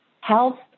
health